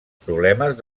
problemes